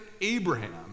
Abraham